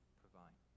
provide